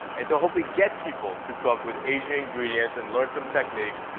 and to hopefully get people to cook with asian ingredients and learn some techniques,